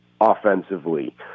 offensively